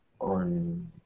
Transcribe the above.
On